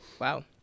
Wow